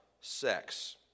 sex